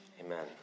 Amen